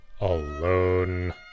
alone